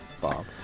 Bob